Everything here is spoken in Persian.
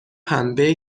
پنبه